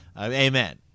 Amen